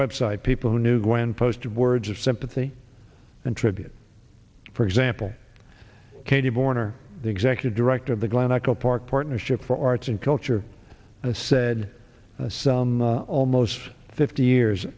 website people who knew gwen posted words of sympathy and tribute for example katie born are the executive director of the glen echo park partnership for arts and culture said some almost fifty years